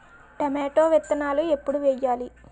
Tomato విత్తనాలు ఎప్పుడు వెయ్యాలి?